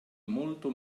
molto